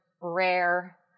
rare